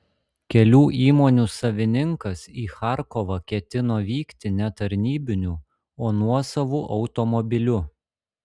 kelių įmonių savininkas į charkovą ketino vykti ne tarnybiniu o nuosavu automobiliu